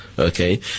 Okay